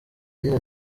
yagize